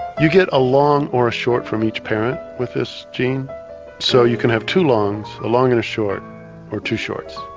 you get a long or a short from each parent with this gene so you can have two longs, a long and a short or two shorts.